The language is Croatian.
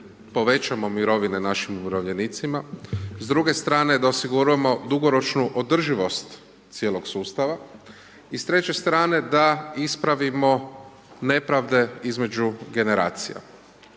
povećamo mirovine našim umirovljenicima, s druge strane da osiguramo dugoročnu održivost cijelog sustava i s treće strane da ispravimo nepravde između generacija.